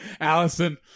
Allison